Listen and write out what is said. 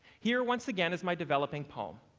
here once again is my developing poem.